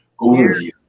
overview